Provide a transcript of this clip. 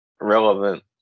relevant